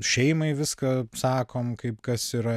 šeimai viską sakom kaip kas yra